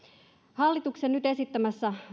hallituksen nyt esittämässä